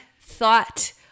thought